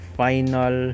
final